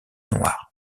noir